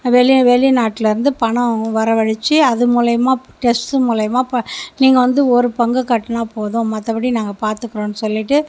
வெளி வெளிநாட்டுலேர்ந்து பணம் வரவழச்சு அது மூலியமாக டிரஸ்ட் மூலியமாக நீங்கள் வந்து ஒரு பங்கு கட்டினா போதும் மற்றபடி நாங்கள் பார்த்துக்குறோன்னு சொல்லிவிட்டு